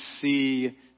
see